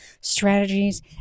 strategies